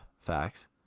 Facts